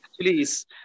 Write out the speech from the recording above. please